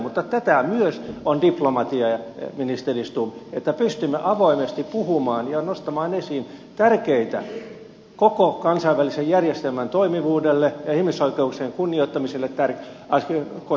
mutta tätä myös on diplomatia ministeri stubb että pystymme avoimesti puhumaan ja nostamaan esiin tärkeitä koko kansainvälisen järjestelmän toimivuutta ja ihmisoikeuksien kunnioittamista koskevia asioita